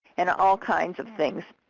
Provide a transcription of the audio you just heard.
and all kinds of things.